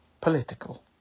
political